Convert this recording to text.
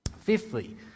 Fifthly